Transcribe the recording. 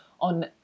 on